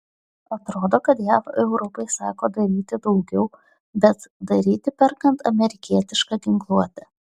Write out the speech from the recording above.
atrodo kad jav europai sako daryti daugiau bet daryti perkant amerikietišką ginkluotę